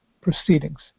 proceedings